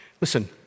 Listen